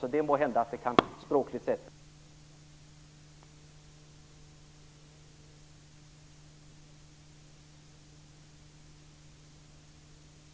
Vi har samma grundinställning till förstainstansernas betydelse och till prejudikatbildningen.